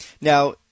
Now –